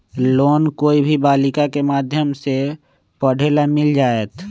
Loan कोई भी बालिका के माध्यम से पढे ला मिल जायत?